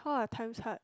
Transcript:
how are times hard